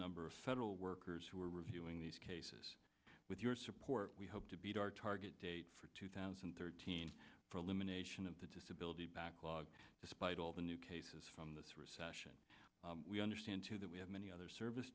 number of federal workers who are reviewing these cases with your support we hope to beat our target date for two thousand and thirteen for elimination of the disability backlog despite all the new cases from this recession we understand too that we have many other service